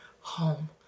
home